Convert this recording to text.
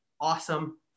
awesome